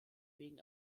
wegen